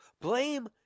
Blame